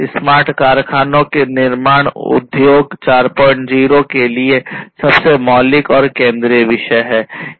smart कारखानों का निर्माण उद्योग 40 के लिए सबसे मौलिक और केंद्रीय विषय है